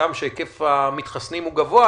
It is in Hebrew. הגם שהיקף המתחסנים הוא גבוה,